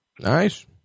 Nice